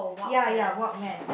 ya ya Walkman